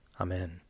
Amen